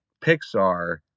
Pixar